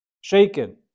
shaken